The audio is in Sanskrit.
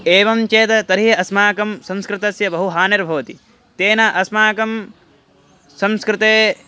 एवं चेत् तर्हि अस्माकं संस्कृतस्य बहु हानिर्भवति तेन अस्माकं संस्कृतेः